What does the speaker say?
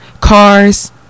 Cars